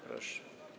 Proszę.